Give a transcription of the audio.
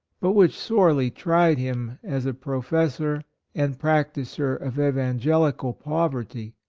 but which sorely tried him as a professor and practiser of evangelical poverty.